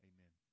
Amen